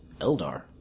Eldar